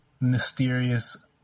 mysterious